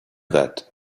that